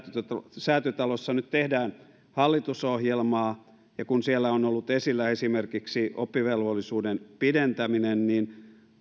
säätytalossa nyt tehdään hallitusohjelmaa ja kun siellä on ollut esillä esimerkiksi oppivelvollisuuden pidentäminen niin